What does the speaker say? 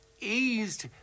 eased